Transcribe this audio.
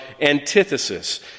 antithesis